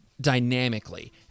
dynamically